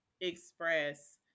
express